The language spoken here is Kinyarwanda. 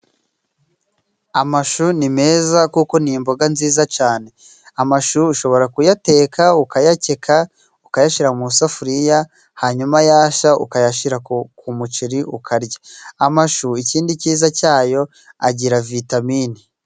Amashu ni meza kuko ni imboga nziza cane, amashuri ushobora kuyateka ukayakeka ukayashyira mu isafuriya hanyuma yashya ukayashyira ku muceri ukarya, amashu ikindi kiza cyayo agira Vitamine.